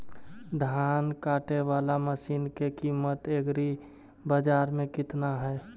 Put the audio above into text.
धान काटे बाला मशिन के किमत एग्रीबाजार मे कितना है?